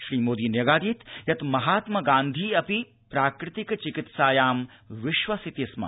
श्री मोदी न्यगादीत् यत् महात्म गान्धी अपि प्राकृतिक चिकित्सायां विश्वसिति स्म